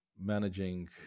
managing